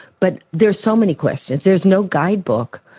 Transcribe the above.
but there's so many questions, there's no guide book,